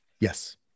Yes